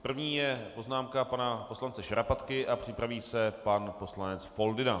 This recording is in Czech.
První je poznámka pana poslance Šarapatky a připraví se pan poslanec Foldyna.